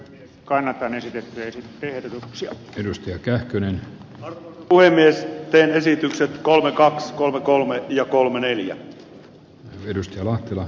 kannatan esitetty ehdotuksia edustaja kähkönen puhemies gen esitykset kolme tässä ihan toimimaton ja tyhjä